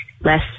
less